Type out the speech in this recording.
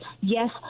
Yes